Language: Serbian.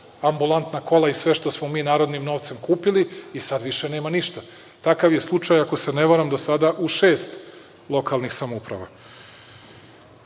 ambulantna kola i sve što smo mi narodnim novcem kupili i sada više nema ništa. Takav je slučaj, ako se ne varam, do sada u šest lokalnih samouprava. Nastavićemo